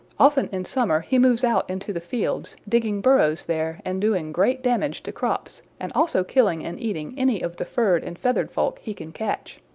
often in summer he moves out into the fields, digging burrows there and doing great damage to crops and also killing and eating any of the furred and feathered folk he can catch.